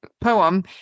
poem